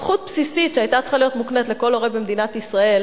זכות בסיסית שהיתה צריכה להיות מוקנית לכל הורה במדינת ישראל,